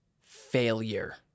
failure